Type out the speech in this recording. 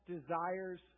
desires